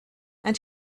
and